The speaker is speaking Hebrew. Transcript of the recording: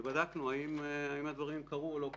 ובדקנו האם הדברים קרו או לא קרו.